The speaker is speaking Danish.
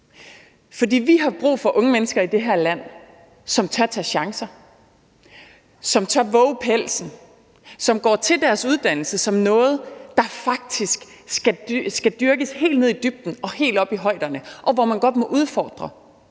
For vi har brug for unge mennesker i det her land, som tør tage chancer, som tør vove pelsen, og som går til deres uddannelse som noget, der faktisk skal dyrkes helt ned i dybden og helt op i højderne, hvor man godt må udfordre,